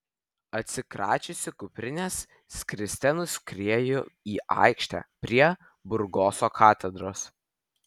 atsikračiusi kuprinės skriste nuskrieju į aikštę prie burgoso katedros